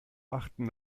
achten